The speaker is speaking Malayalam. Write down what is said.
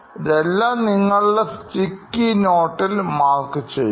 ഇതെല്ലാം നിങ്ങളുടെ സ്റ്റിക്കി നോട്ടിൽ മാർക്ക് ചെയ്യുക